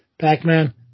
Pac-Man